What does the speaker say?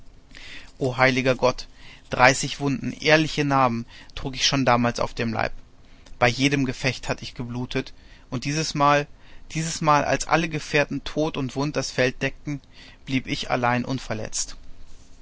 o heiliger gott dreißig wunden ehrliche narben trug ich schon damals auf dem leib bei jedem gefecht hatt ich geblutet und dieses mal dieses mal als alle gefährten tot und wund das feld deckten blieb ich allein unverletzt